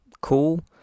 cool